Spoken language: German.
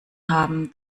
haben